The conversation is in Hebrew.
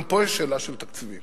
גם פה יש שאלה של תקציבים,